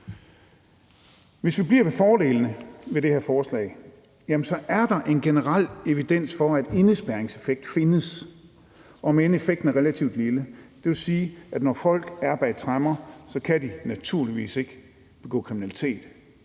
Hvis vi bliver ved fordelene ved det her forslag, ja, så er der en generel evidens for, at der findes en indespærringseffekt, om end effekten er relativt lille. Det vil sige, at når folk er bag tremmer, så kan de naturligvis ikke begå kriminalitet.